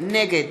נגד